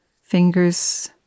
fingers